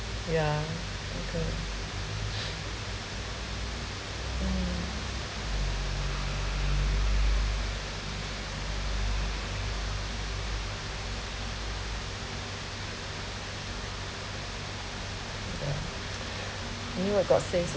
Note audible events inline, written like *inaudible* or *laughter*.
yeah okay *breath* mm yeah *breath* you knew I got say